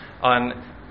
on